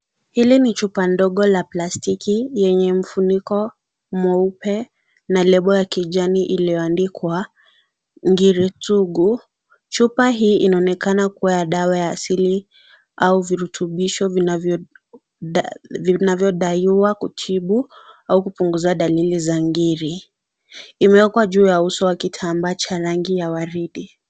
Hili ni chupa ndogo la plastiki yenye mfuniko mweupe na lebo ya kijani iliyoandikwa ngiri sugu. Chupa hii inaonekana kuwa ya dawa ya asili au virutubisho vinavyodaiwa kutibu au kupunguza dalili za ngiri. Imewekwa juu ya uso wa kitambaa cha rangi ya waridi.